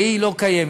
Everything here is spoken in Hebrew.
והיא לא קיימת.